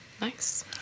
Nice